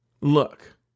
look